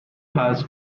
has